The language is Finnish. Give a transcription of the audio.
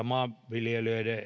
maanviljelijöiden